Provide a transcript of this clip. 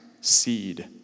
seed